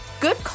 Good